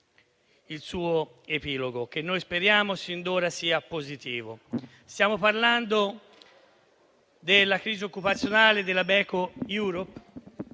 il suo epilogo, che noi speriamo sin d'ora sia positivo. Stiamo parlando della crisi occupazionale della Beko Europe,